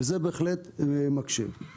וזה בהחלט מקשה.